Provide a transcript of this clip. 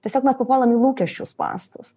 tiesiog mes papuolam į lūkesčių spąstus